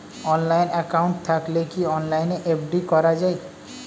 Online account থাকলে কি অনলাইনে এফ.ডি করা যায়?